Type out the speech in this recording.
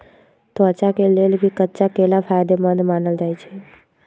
त्वचा के लेल भी कच्चा केला फायेदेमंद मानल जाई छई